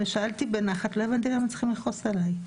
אני שאלתי בנחת, לא הבנתי למה צריכים לכעוס עליי,